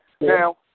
now